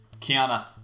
Kiana